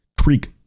Creek